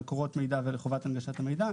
שמדבר על מקורות מידע ועל חובת הנגשת המידע,